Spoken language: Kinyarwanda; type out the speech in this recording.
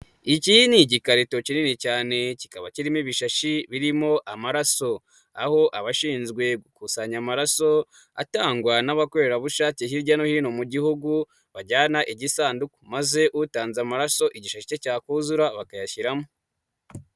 Iki ni igikarito kinini cyane kikaba kirimo ibishashi birimo amaraso, aho abashinzwe gukusanya amaraso atangwa n'abakorerabushake hirya no hino mu gihugu, bajyana igisanduku maze utanze amaraso igisheke cyakuzura bakayashyiramo.